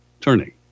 turning